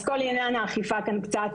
אז כל עניין האכיפה כאן קצת